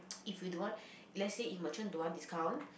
if you don't want let's say if merchant don't want discount